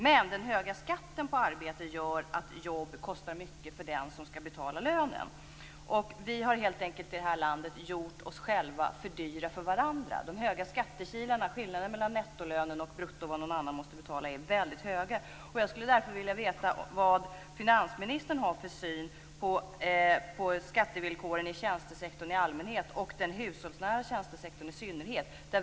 Men den höga skatten på arbete gör att jobb kostar mycket för den som skall betala lönen. Vi har här i landet gjort oss själva för dyra för varandra. Skillnaden mellan nettolönen och den bruttolön arbetsgivaren måste betala är stor, dvs. vi har höga skattekilar. Jag skulle därför vilja veta vilken syn finansministern har på skattevillkoren i tjänstesektorn i allmänhet och den hushållsnära tjänstesektorn i synnerhet.